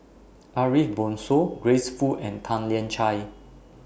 Ariff Bongso Grace Fu and Tan Lian Chye